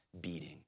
beating